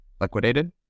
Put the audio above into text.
liquidated